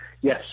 Yes